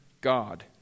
God